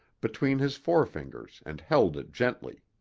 between his forefingers and held it gently.